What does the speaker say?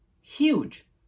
Huge